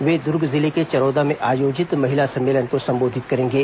वे दूर्ग जिले के चरोदा में आयोजित महिला सम्मेलन को संबोधित करेंगे